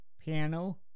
piano